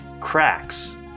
cracks